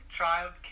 Child